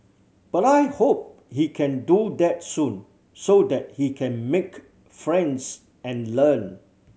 but I hope he can do that soon so that he can make friends and learn